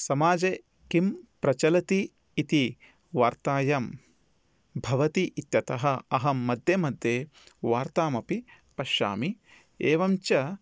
समाजे किं प्रचलति इति वार्तायां भवति इत्यतः अहं मध्ये मध्ये वार्ताम् अपि पश्यामि एवं च